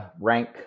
rank